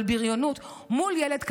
אבל בריונות מול ילד כזה.